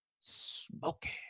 Smoking